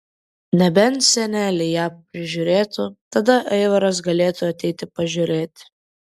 nebent seneliai ją prižiūrėtų tada aivaras galėtų ateiti pažiūrėti